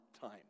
time